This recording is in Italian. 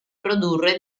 produrre